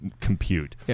compute